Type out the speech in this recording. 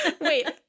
Wait